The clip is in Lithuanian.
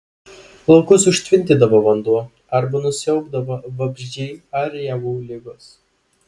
laukus užtvindydavo vanduo arba nusiaubdavo vabzdžiai ar javų ligos